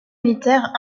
militaires